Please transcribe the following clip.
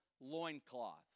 loincloth